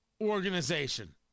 organization